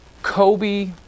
Kobe